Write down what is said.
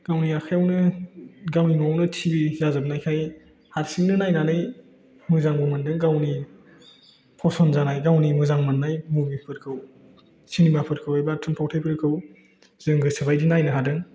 गावनि आखाइआवनो गावनि न'आवनो टिभि जाजोबनायखाय हारसिंनो नायनानै मोजांबो मोन्दों गावनि पसन्द जानाय गावनि मोजां मोननाय मुभिफोरखौ सिनेमाफोरखौ एबा थुनफावथायफोरखौ जों गोसो बायदि नायनो हादों